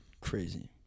Crazy